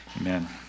Amen